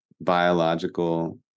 biological